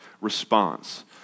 response